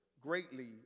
greatly